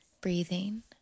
breathing